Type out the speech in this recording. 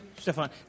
Stefan